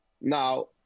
Now